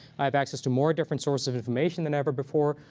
i have access to more different sources of information than ever before.